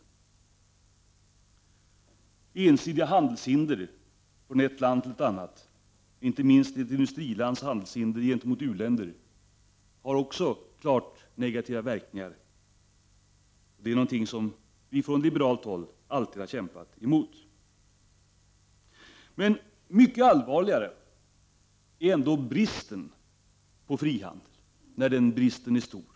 Också ensidiga handelshinder från ett land till ett annat, inte minst industriländers handelshinder gentemot u-länder, har klart negativa verkningar. Det är någonting som vi från liberalt håll alltid har kämpat emot. Mycket allvarligare är ändå bristen på frihandel när den bristen är stor.